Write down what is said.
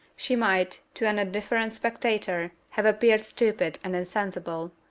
she might, to an indifferent spectator, have appeared stupid and insensible.